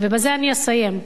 ובזה אני אסיים,